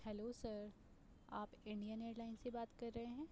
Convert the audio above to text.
hello sir آپ Indian airline سے بات کر رہے ہیں